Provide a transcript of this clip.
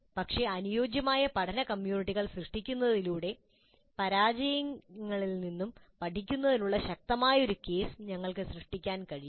പക്ഷേ അനുയോജ്യമായ പഠന കമ്മ്യൂണിറ്റികൾ സൃഷ്ടിക്കുന്നതിലൂടെ പരാജയങ്ങളിൽ നിന്നും പഠിക്കുന്നതിനുള്ള ശക്തമായ ഒരു കേസ് ഞങ്ങൾക്ക് സൃഷ്ടിക്കാൻ കഴിയും